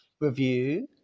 review